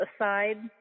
aside